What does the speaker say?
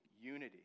unity